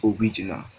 original